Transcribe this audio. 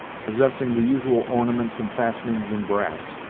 possessing the usual ornaments and fastenings in brass.